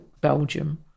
belgium